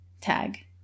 tag